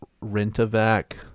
Rent-A-Vac-